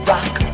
Rock